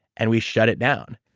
and we shut it down.